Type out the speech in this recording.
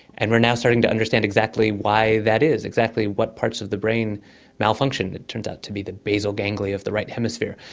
and we are now starting to understand exactly why that is, exactly what parts of the brain malfunction. it turns out to be the basal ganglia of the right hemisphere.